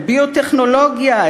ביו-טכנולוגיה,